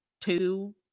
two